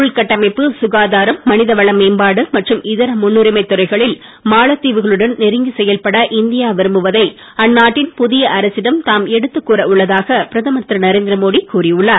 உள்கட்டமைப்பு சுகாதாரம் மனிதவள மேம்பாடு மற்றும் இதர முன்னுரிமை துறைகளில் மாலத்தீவுகளுடன் நெருங்கி செயல்பட இந்தியா விரும்புவதை அந்நாட்டின் புதிய அரசிடம் தாம் எடுத்துக் கூற உள்ளதாக பிரதமர் திரு நரேந்திரமோடி கூறி உள்ளார்